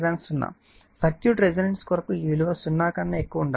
circuit resonance కొరకు ఈ విలువ 0 కన్నా ఎక్కువగా ఉండాలి